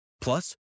Plus